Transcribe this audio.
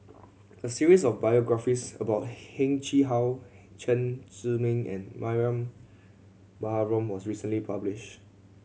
a series of biographies about Heng Chee How Chen Zhiming and Mariam Baharom was recently publish